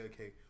okay